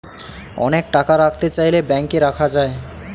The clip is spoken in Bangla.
অনেক টাকা রাখতে চাইলে ব্যাংকে রাখা যায়